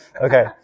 Okay